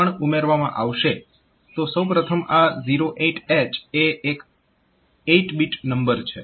તો સૌ પ્રથમ આ 08H એ એક 8 બીટ નંબર છે